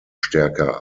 stärker